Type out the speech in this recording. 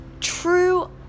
true